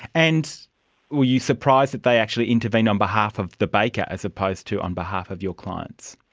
and were you surprised that they actually intervened on behalf of the baker as opposed to on behalf of your clients?